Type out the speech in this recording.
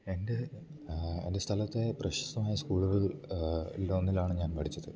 എൻറ്റെ എൻറ്റെ സ്ഥലത്തേ പ്രശസ്തമായ സ്കൂള്കൾ ഇല്ലൊന്നിലാണ് ഞാൻ പടിച്ചത്